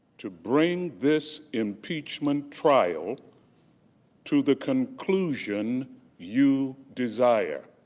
to bring this impeachment trial to the conclusion you desire.